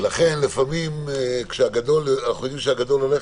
ולכן לפעמים כשאנחנו חושבים שהגדול הולך